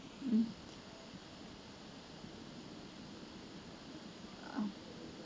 mm